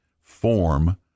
form